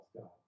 god